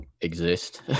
exist